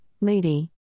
Lady